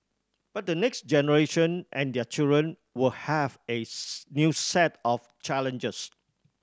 but the next generation and their children will have a new set of challenges